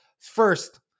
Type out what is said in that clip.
First